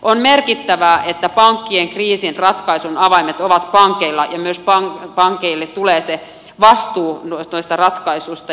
on merkittävää että pankkien kriisin ratkaisun avaimet ovat pankeilla ja myös pankeille tulee se vastuu noista ratkaisuista